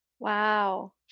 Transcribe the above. wow